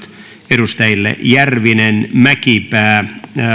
edustajille järvinen mäkipää